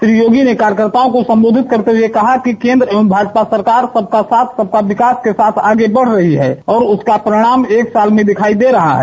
श्री योगी ने कार्यकर्ताओं को संबोधित करते हुए कहा कि केंद्र एवं भाजपा सरकार सबका साथ सबका विकास के साथ आगे बढ़ रही है और उसका परिणाम एक साल में दिखाई दे रहा है